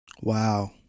Wow